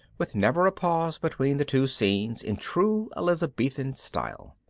with never a pause between the two scenes in true elizabethan style.